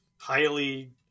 highly